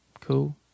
cool